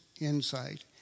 insight